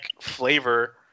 flavor